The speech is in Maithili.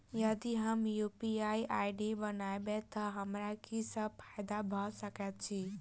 यदि हम यु.पी.आई आई.डी बनाबै तऽ हमरा की सब फायदा भऽ सकैत अछि?